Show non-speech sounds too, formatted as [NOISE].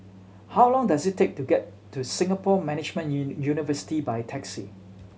how long does it take to get to Singapore Management [UNINTELLIGIBLE] University by taxi